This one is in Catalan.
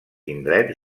indrets